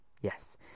Yes